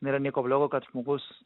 nėra nieko bliogo kad žmogus